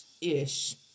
ish